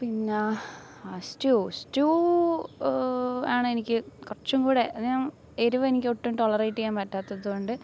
പിന്നെ അ stew stew ആണെനിക്ക് കുറച്ചും കൂടെ എന്നാൽ ഏരുവെനിക്ക് ഒട്ടും ടോളറേറ്റ് ചെയ്യാൻ പറ്റാത്തത് കൊണ്ട്